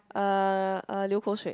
uh uh 流口水